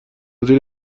زیر